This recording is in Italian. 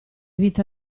vita